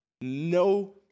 no